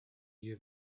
you